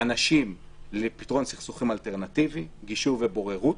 אנשים לפתרון סכסוכים אלטרנטיבי, גישור ובוררות,